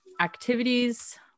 activities